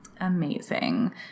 Amazing